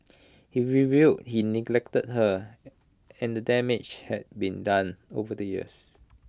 he revealed he neglected her and damage had been done over the years